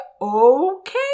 okay